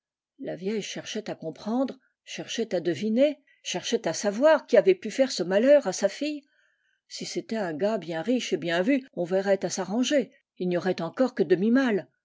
la vieille cherchait à comprendre cherchait à deviner cherchait à savoir qui avait pu faire ce malheur à sa fille si c'était un gars bien riche et bien vu on verrait à s'arranger il n'y aurait encore que demi mal